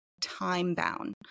time-bound